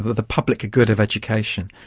the public good of education.